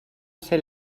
ser